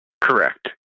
Correct